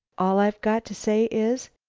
all i've got to say is,